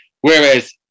whereas